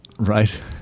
Right